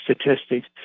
statistics